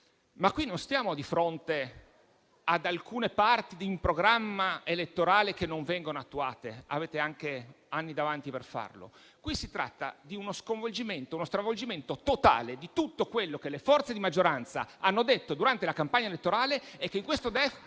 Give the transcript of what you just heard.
però, non siamo di fronte ad alcune parti di un programma elettorale che non vengono attuate, e peraltro avete davanti anche anni per farlo. Qui si tratta di uno sconvolgimento, di uno stravolgimento totale di tutto quello che le forze di maggioranza hanno detto durante la campagna elettorale e che in questo DEF